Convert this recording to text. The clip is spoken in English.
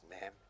ma'am